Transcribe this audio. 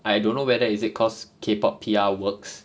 I don't know whether is it cause K pop P_R works